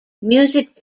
music